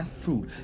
fruit